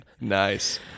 Nice